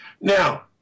Now